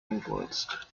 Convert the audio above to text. influenced